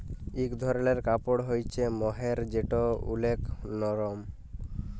ইক ধরলের কাপড় হ্য়চে মহের যেটা ওলেক লরম